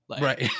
Right